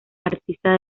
artista